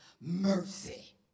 mercy